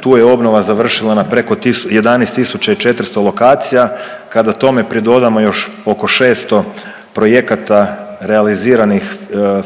tu je obnova završila na preko 11.400 lokacija, kada tome pridodamo još oko 600 projekata realiziranih